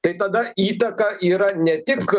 tai tada įtaka yra ne tik